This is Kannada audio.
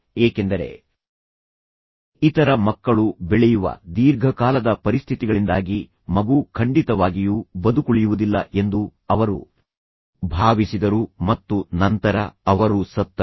ಏಕೆಂದರೆ ಇತರ ಮಕ್ಕಳು ಬೆಳೆಯುವ ದೀರ್ಘಕಾಲದ ಪರಿಸ್ಥಿತಿಗಳಿಂದಾಗಿ ಮಗು ಖಂಡಿತವಾಗಿಯೂ ಬದುಕುಳಿಯುವುದಿಲ್ಲ ಎಂದು ಅವರು ಭಾವಿಸಿದರು ಮತ್ತು ನಂತರ ಅವರು ಸತ್ತರು